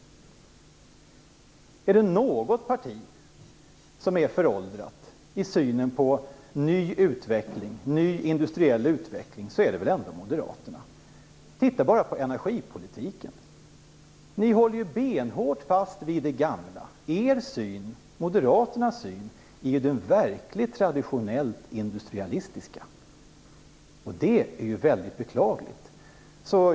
Är det något parti som är föråldrat vad gäller synen på ny industriell utveckling så är det väl Moderaterna. Titta bara på energipolitiken! Ni håller ju benhårt fast vid det gamla. Moderaternas syn är den verkligt traditionellt industrialistiska; och det är beklagligt.